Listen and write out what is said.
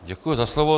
Děkuji za slovo.